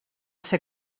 ser